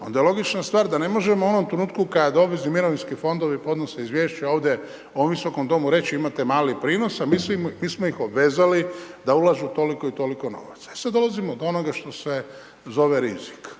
onda je logična stvar da ne možemo u onom trenutku kad obvezni mirovinski fondovi podnose izvješća ovdje u visokom domu reći imate mali prinos, a mi smo ih obvezali da ulažu toliko i toliko novaca. I sad dolazimo do onoga što se zove rizik.